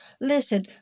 Listen